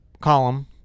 column